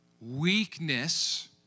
weakness